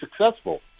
successful